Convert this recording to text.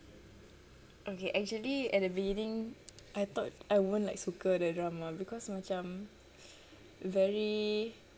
okay actually at the beginning I thought I won't like suka the drama because macam very